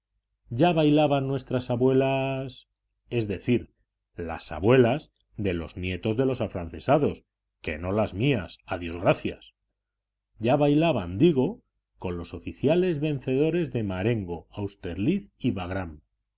ya bailaban nuestras abuelas es decir las abuelas de los nietos de los afrancesados que no las mías a dios gracias ya bailaban digo con los oficiales vencedores en marengo austerlitz y